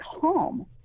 calm